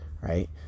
right